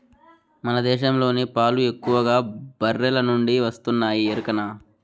మన దేశంలోని పాలు ఎక్కువగా బర్రెల నుండే వస్తున్నాయి ఎరికనా